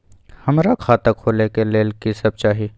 हमरा खाता खोले के लेल की सब चाही?